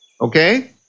Okay